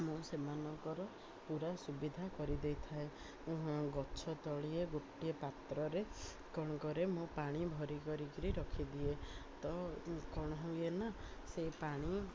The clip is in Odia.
ମୁଁ ସେମାନଙ୍କର ପୁରା ସୁବିଧା କରିଦେଇଥାଏ ଗଛ ତଳିଏ ଗୋଟିଏ ପାତ୍ରରେ କ'ଣ କରେ ମୁଁ ପାଣି ଭରି କରିକିରି ରଖିଦିଏ ତ କ'ଣ ହୁଏନା ସେ ପାଣି